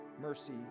mercy